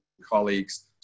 colleagues